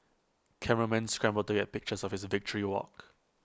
cameramen scramble to get pictures of his victory walk